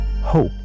hope